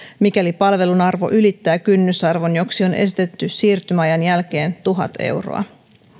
mikäli palvelun arvo ylittää kynnysarvon joksi on esitetty siirtymäajan jälkeen tuhat euroa